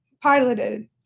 piloted